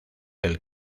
del